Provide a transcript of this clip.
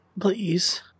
Please